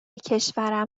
کشورم